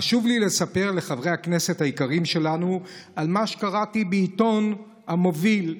חשוב לי לספר לחברי הכנסת היקרים שלנו על מה שקראתי בעיתון המוביל.